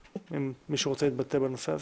מישהו רוצה להתבטא בנושא הזה?